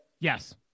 Yes